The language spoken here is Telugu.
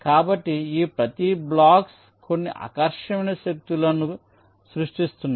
కాబట్టి ఈ ప్రతి బ్లాక్స్ కొన్ని ఆకర్షణీయమైన శక్తులను సృష్టిస్తున్నాయి